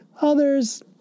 others